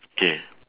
K